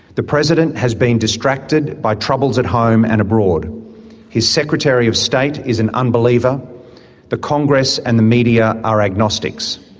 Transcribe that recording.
the president has been distracted by troubles at home and abroad his secretary of state is an unbeliever the congress and the media are agnostics.